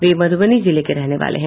वे मधुबनी जिले के रहने वाले हैं